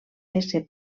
ésser